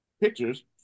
pictures